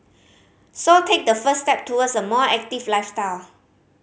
so take the first step towards a more active lifestyle